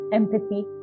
empathy